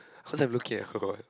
cause I'm look at her